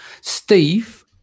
Steve